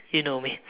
you know me